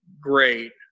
great